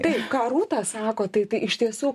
tai ką rūta sako tai tai iš tiesų